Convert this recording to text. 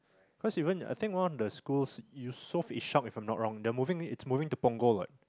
cause even I think one of the school Yusof Ishak if I'm not wrong the moving it moving to Punggol like